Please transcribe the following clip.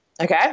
Okay